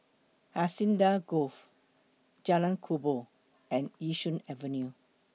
Hacienda Grove Jalan Kubor and Yishun Avenue